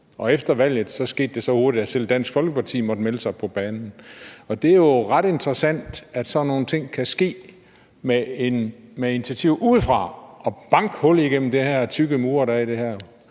Og efter valget skete det så hurtigt, at selv Dansk Folkeparti måtte melde sig på banen. Det er jo ret interessant, at sådan nogle ting kan ske via initiativer udefra, altså at det kunne banke hul igennem de her tykke mure. Og det er